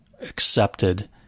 accepted